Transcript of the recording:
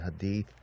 Hadith